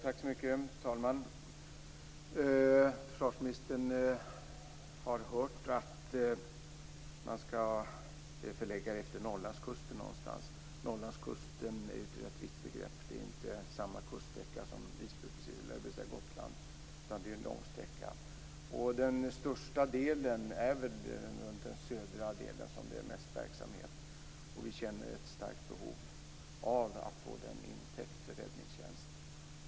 Herr talman! Försvarsministern har hört att helikopterverksamheten skall förläggas utefter Norrlandskusten någonstans. Norrlandskusten är ju ett rätt vitt begrepp. Den har inte samma kuststräcka som Gotland, utan det är en lång sträcka. Det är väl runt den södra delen som det är mest verksamhet. Vi känner ett starkt behov av att få den täckt för räddningstjänst.